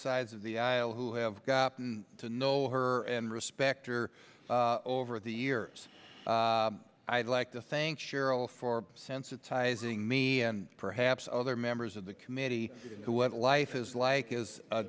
sides of the aisle who have gotten to know her and respect her over the years i'd like to thank cheryl for sensitizing me and perhaps other members of the committee who went life is like is a